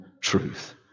truth